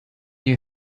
you